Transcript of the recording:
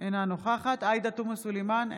אינה נוכחת עאידה תומא סלימאן,